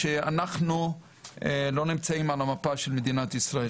שאנחנו לא נמצאים על המפה של מדינת ישראל.